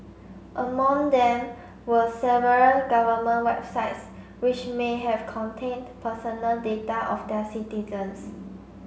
among them were several government websites which may have contained personal data of their citizens